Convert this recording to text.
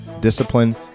discipline